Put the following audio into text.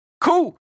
cool